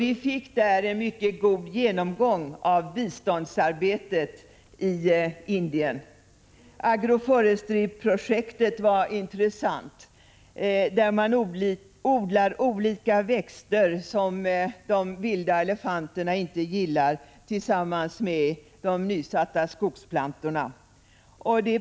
Vi fick där en mycket god genomgång av biståndsarbetet i Indien. Agro-forestry-projektet var intressant. Man odlar olika växter, som de vilda elefanterna inte gillar, tillsammans med skogsplantorna.